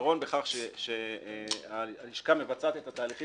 יתרון בכך שהלשכה מבצעת את התהליכים